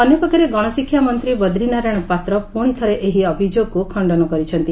ଅନ୍ୟପକ୍ଷରେ ଗଣଶିକ୍ଷାମନ୍ତୀ ବଦ୍ରିନାରାୟଣ ପାତ୍ର ପୁଶି ଥରେ ଏହି ଅଭିଯୋଗକୁ ଖଣ୍ଡନ କରିଛନ୍ତି